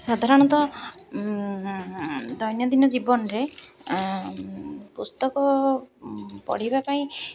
ସାଧାରଣତଃ ଦୈନନ୍ଦିନ ଜୀବନରେ ପୁସ୍ତକ ପଢ଼ିବା ପାଇଁ